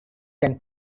can